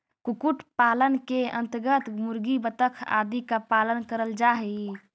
कुक्कुट पालन के अन्तर्गत मुर्गी, बतख आदि का पालन करल जा हई